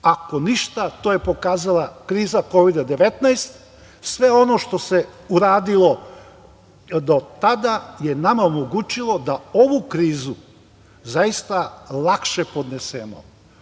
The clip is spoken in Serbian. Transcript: Ako ništa, to je pokazala kriza Kovid-19. Sve ono što se uradilo do tada je nama omogućilo da ovu krizu zaista lakše podnesemo.